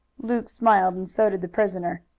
luke smiled and so did the prisoner,